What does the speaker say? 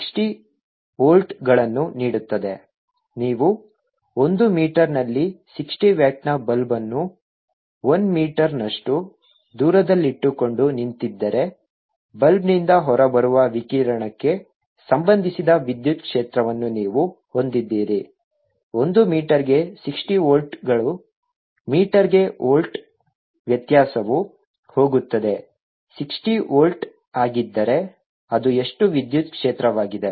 120E0215E030π c60Vm ನೀವು ಒಂದು ಮೀಟರ್ನಲ್ಲಿ 60 ವ್ಯಾಟ್ನ ಬಲ್ಬ್ ಅನ್ನು 1 ಮೀಟರ್ನಷ್ಟು ದೂರದಲ್ಲಿಟ್ಟುಕೊಂಡು ನಿಂತಿದ್ದರೆ ಬಲ್ಬ್ನಿಂದ ಹೊರಬರುವ ವಿಕಿರಣಕ್ಕೆ ಸಂಬಂಧಿಸಿದ ವಿದ್ಯುತ್ ಕ್ಷೇತ್ರವನ್ನು ನೀವು ಹೊಂದಿದ್ದೀರಿ ಒಂದು ಮೀಟರ್ಗೆ 60 ವೋಲ್ಟ್ಗಳು ಮೀಟರ್ಗೆ ವೋಲ್ಟ್ ವ್ಯತ್ಯಾಸವು ಹೋಗುತ್ತದೆ 60 ವೋಲ್ಟ್ ಆಗಿದ್ದರೆ ಅದು ಎಷ್ಟು ವಿದ್ಯುತ್ ಕ್ಷೇತ್ರವಾಗಿದೆ